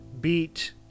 beat